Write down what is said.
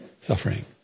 suffering